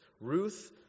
Ruth